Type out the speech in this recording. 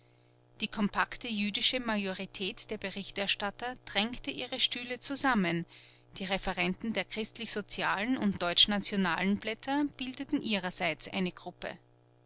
die kompakte jüdische majorität der berichterstatter drängte ihre stühle zusammen die referenten der christlichsozialen und deutschnationalen blätter bildeten ihrerseits eine gruppe